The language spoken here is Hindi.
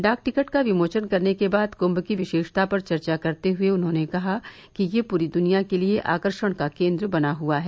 डाक टिकट का विमोचन करने के बाद क्म की विशेषता पर चर्चा करते हये उन्होंने कहा कि यह पूरी द्निया के लिये आकर्षण का केन्द्र बना हुआ है